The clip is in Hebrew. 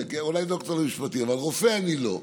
אולי דוקטור למשפטים, אבל רופא אני לא.